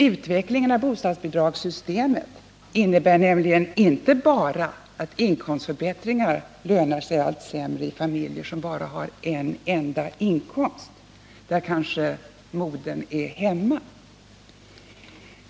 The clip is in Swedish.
Utvecklingen av bostadsbidragssystemet innebär nämligen inte bara att inkomstförbättringar lönar sig allt sämre i familjer som bara har en enda inkomst och där kanske modern är hemma.